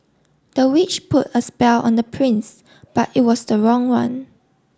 the witch put a spell on the prince but it was the wrong one